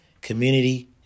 community